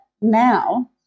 now